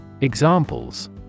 Examples